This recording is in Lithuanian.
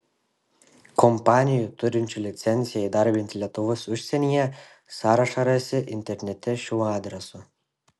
kompanijų turinčių licenciją įdarbinti lietuvius užsienyje sąrašą rasi internete šiuo adresu